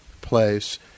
place